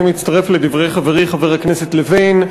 אני מצטרף לדברי חברי חבר הכנסת לוין.